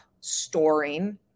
storing